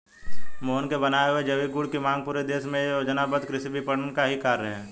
मोहन के बनाए हुए जैविक गुड की मांग पूरे देश में यह योजनाबद्ध कृषि विपणन का ही कार्य है